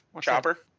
Chopper